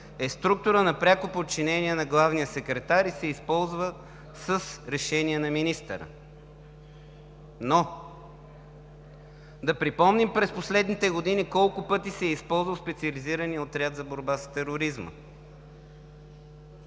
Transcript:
е структура на пряко подчинение на главния секретар и се използва с решение на министъра, но да припомним през последните години колко пъти се е използвал Специализираният отряд за борба с тероризма.